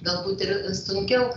galbūt ir sunkiau